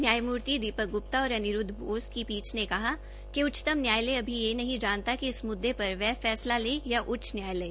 न्यायमूर्ति दीपक ग्रप्ता और अनिरूद्व बोस की पीठ ने कहा कि उच्चतम न्यायालय अभी यह नहीं जानता कि इस मुद्दे पर पर वह फैस्ला ले या उच्च न्यायालय